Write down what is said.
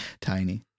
Tiny